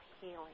healing